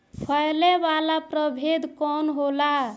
फैले वाला प्रभेद कौन होला?